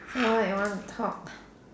so what you want to talk